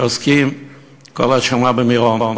שעוסקים כל השנה במירון.